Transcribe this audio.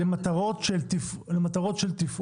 למטרות של תפעול,